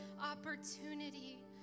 opportunity